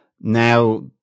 now